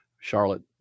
Charlotte